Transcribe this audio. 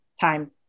time